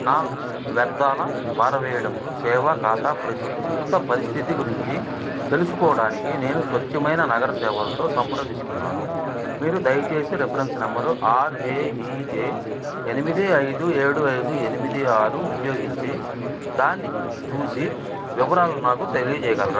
నా వ్యర్థాల పారవేయడంలో సేవా ఖాతా ప్రస్తుత పరిస్థితి గురించి తెలుసుకోడానికి నేను స్వచ్ఛమైన నగర సేవల తో సంప్రదిస్తున్నాను మీరు దయచేసి reference number R J E J ఎనిమిది ఐదు ఏడు ఐదు ఎనిమిది ఆరు ఉపయోగించి దాన్ని చూసి వివరాలు నాకు తెలియజేయగలరా